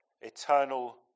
eternal